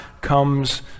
comes